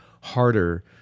harder